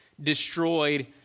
destroyed